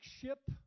ship